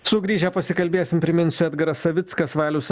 sugrįžę pasikalbėsim priminsiu edgaras savickas valius